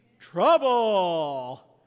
trouble